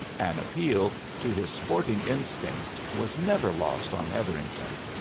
an appeal to his sporting instinct was never lost on hetherington.